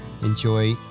enjoy